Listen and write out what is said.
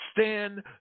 Stand